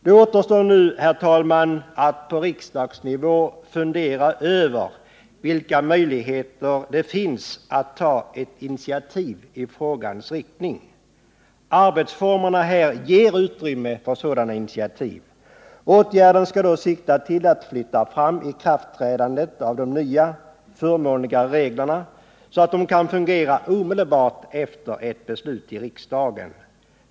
Det återstår nu, herr talman, att på riksdagsnivå fundera över vilka möjligheter det finns att ta ett initiativ i frågans riktning. Arbetsformerna ger utrymme för sådana initiativ. Åtgärden skall då sikta till att flytta fram ikraftträdandet av de nya, förmånligare reglerna så att de kan fungera omedelbart efter ett beslut i riksdagen.